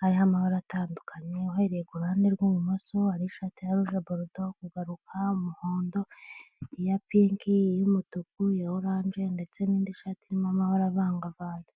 hariho amabara atandukanye, uhereye ku ruhande rw'ibumoso hari ishati ya ruje borudo, kugaruka umuhondo iya pinki y'umutuku iya oranje ndetse n'indi shati irimo amahora avangavanze.